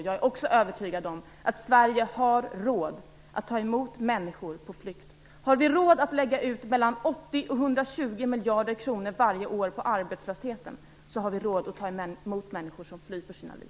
Jag är också övertygad om att Sverige har råd att ta emot människor på flykt. Om vi har råd att lägga ut 80-120 miljarder kronor varje år på arbetslösheten har vi också råd att ta emot människor som flyr för sina liv.